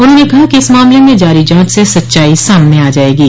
उन्होंने कहा कि इस मामले में जारी जांच से सच्चाई सामने आ जाएगो